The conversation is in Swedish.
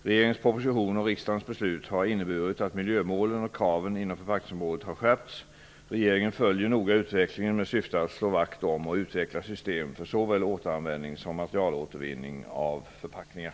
Regeringens proposition och riksdagens beslut har inneburit att miljömålen och kraven inom förpackningsområdet har skärpts. Regeringen följer noga utvecklingen med syfte att slå vakt om och utveckla system för såväl återanvändning som materialåtervinning av förpackningar.